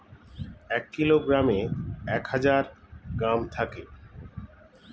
এক কিলোগ্রামে এক হাজার গ্রাম থাকে